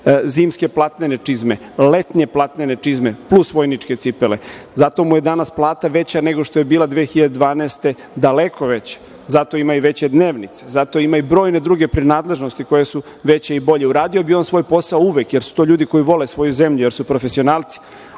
zimske platnene čizme, letnje platnene čizme, plus vojničke cipele. Zato mu je danas plata veća nego što je bila 2012. godine, daleko veća. Zato ima i veće dnevnice, zato ima i brojne druge prinadležnosti koje su veće i bolje. Uradio bi on svoj posao uvek, jer su to ljudi koji vole svoju zemlju, jer su profesionalci,